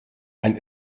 ein